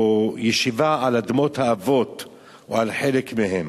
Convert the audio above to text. או ישיבה על אדמות האבות או על חלק מהן,